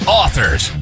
authors